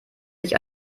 sich